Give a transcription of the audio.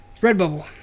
Redbubble